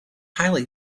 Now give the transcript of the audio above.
highly